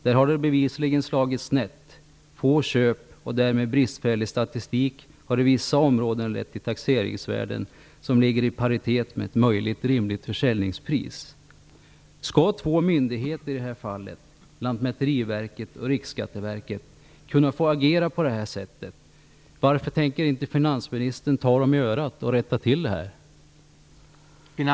Där har det bevisligen slagit snett. Få köp och därmed bristfällig statistik har i vissa områden lett till taxeringsvärden som ligger i paritet med ett möjligt rimligt försäljningspris. Skall två myndigheter - i det här fallet Lantmäteriverket och Riksskatteverket - få agera på det här sättet? Varför tänker inte finansministern ta dem i örat och rätta till detta?